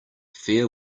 fair